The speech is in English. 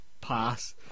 Pass